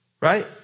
right